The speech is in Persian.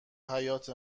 حیاط